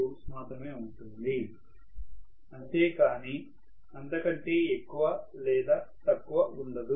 3 Ω మాత్రమే ఉంటుంది అంతే కానీ అంత కంటే ఎక్కువ లేదా తక్కువ ఉండదు